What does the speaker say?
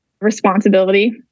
Responsibility